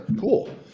Cool